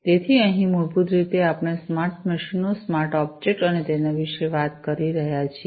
તેથી અહીં મૂળભૂત રીતે આપણે સ્માર્ટ મશીનો સ્માર્ટ ઑબ્જેક્ટ્સ અને તેના વિશે વાત કરી રહ્યા છીએ